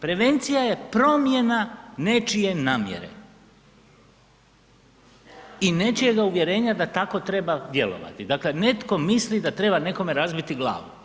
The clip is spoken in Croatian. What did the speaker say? Prevencija je promjena nečije namjere i nečijega uvjerenja da tako treba djelovati, dakle netko misli da treba nekome razbiti glavu.